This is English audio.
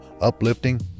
uplifting